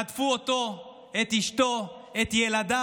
רדפו אותו, את אשתו, את ילדיו.